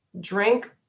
drink